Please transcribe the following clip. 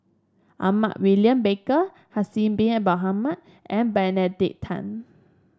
Edmund William Barker Haslir Bin Ibrahim and Benedict Tan